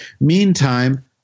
Meantime